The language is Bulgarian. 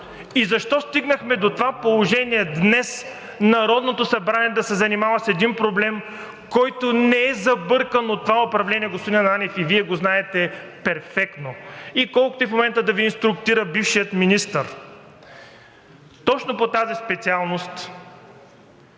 Защо стигнахме до това положение днес Народното събрание да се занимава с един проблем, който не е забъркан от това управление, господин Ананиев, и Вие го знаете перфектно? Колкото и в момента да Ви инструктира бившият министър точно по тази специалност,